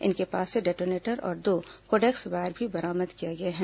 इनके पास से डेटोनेटर और दो कोडेक्स वायर भी बरामद किया गया है